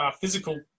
physical